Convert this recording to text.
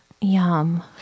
Yum